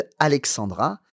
Alexandra